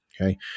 okay